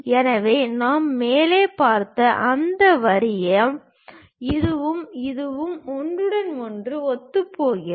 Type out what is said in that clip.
எனவே நாம் மேலே பார்த்த அந்த வரிகள் இதுவும் இதுவும் ஒன்றுடன் ஒன்று ஒத்துப்போகிறது